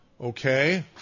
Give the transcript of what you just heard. Okay